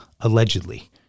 allegedly